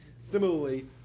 Similarly